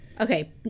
Okay